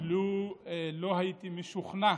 הייתי משוכנע